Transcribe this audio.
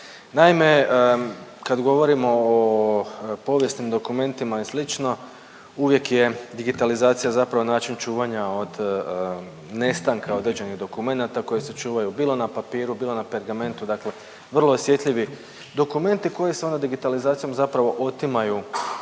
Naime, kad govorimo o povijesnim dokumentima i slično uvijek je digitalizacija zapravo način čuvanja od nastanka određenih dokumenata koji se čuvaju bilo na papiru, bilo na pergamentu, dakle vrlo osjetljivi dokumenti koji se onda digitalizacijom zapravo otimaju,